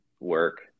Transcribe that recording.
work